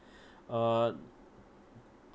uh